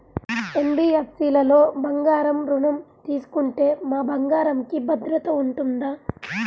NBFC లలో బంగారు ఋణం తీసుకుంటే మా బంగారంకి భద్రత ఉంటుందా?